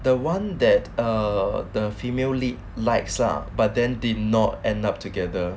the one that err the female lead likes lah but then did not end up together